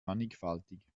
mannigfaltig